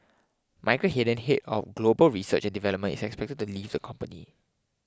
Michael Hayden head of global research and development expected to leave the company